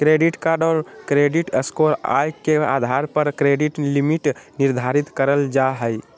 credit card credit score, आय के आधार पर क्रेडिट लिमिट निर्धारित कयल जा हइ